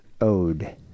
ode